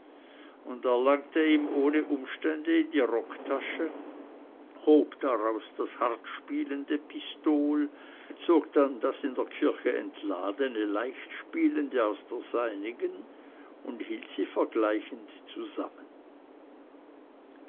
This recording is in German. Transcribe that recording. und er langte ihm ohne umstände in die rocktasche hob daraus das hartspielende pistol zog dann das in der kirche entladene leichtspielende aus der seinigen und hielt sie vergleichend zusammen